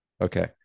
okay